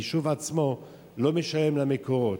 היישוב עצמו לא משלם ל"מקורות".